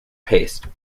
paced